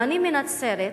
ואני מנצרת,